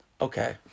Okay